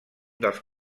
dels